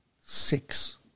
six